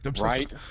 Right